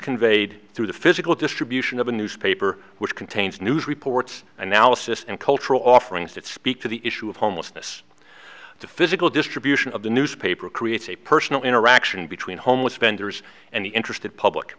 conveyed through the physical distribution of a newspaper which contains news reports analysis and cultural offerings that speak to the issue of homelessness the physical distribution of the newspaper creates a personal interaction between homeless vendors and the interested public